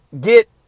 get